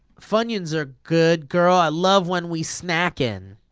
funions are good, girl i love when we snackin',